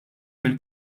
mill